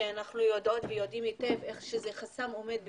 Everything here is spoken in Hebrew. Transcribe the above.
שאנחנו יודעות ויודעים היטב איזה חסם עומד בפניהם.